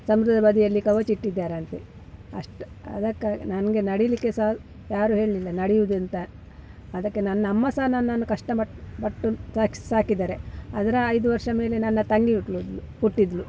ಸಮುದ್ರದ ಬದಿಯಲ್ಲಿ ಕವಚಿಟ್ಟಿದ್ದಾರಂತೆ ಅಷ್ಟು ಅದಕ್ಕಾಗೆ ನನಗೆ ನಡಿಲಿಕ್ಕೆ ಸಹ ಯಾರು ಹೇಳಲಿಲ್ಲ ನಡಿಯುವುದೆಂತ ಅದಕ್ಕೆ ನನ್ನಮ್ಮ ಸಹ ನನ್ನನ್ನು ಕಷ್ಟಮಟ್ ಪಟ್ಟು ಸಾಕಿ ಸಾಕಿದ್ದಾರೆ ಅದರ ಐದು ವರ್ಷ ಮೇಲೆ ನನ್ನ ತಂಗಿ ಹುಟ್ಟಿದ್ಲು ಹುಟ್ಟಿದ್ಲು